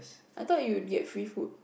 I thought you would get free food